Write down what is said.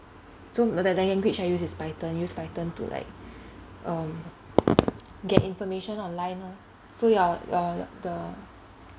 so like that the language I use is python use python to like um get information online lor so ya uh the